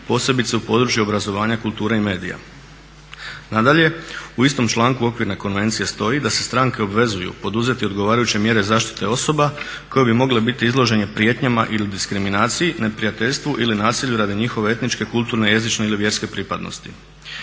posebice u području obrazovanja, kulture i medija. Nadalje, u istom članku Okvirne konvencije stoji da se stranke obvezuju poduzeti odgovarajuće mjere zaštite osoba koje bi mogle biti izložene prijetnjama ili diskriminaciji, neprijateljstvu ili nasilju radi njihove etničke, kulturne, jezične ili vjerske pripadnosti.